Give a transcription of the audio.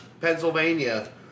Pennsylvania